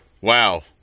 wow